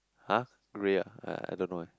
!huh! grey ah I I don't know eh